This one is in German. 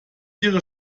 ihre